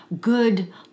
Good